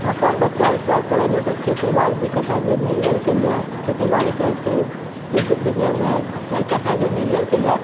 अपन बच्चाके पढ़ेलक कोइ खेतीबाड़ी दूइ कट्ठा जमीन लेलकै खेतीबाड़ी करैत करैत कोइ बिजनेसमे चारि कट्ठा जमीन लेलकै लए